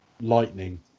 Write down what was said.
lightning